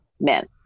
men